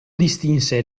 distinse